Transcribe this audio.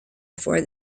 for